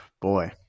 Boy